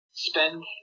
Spend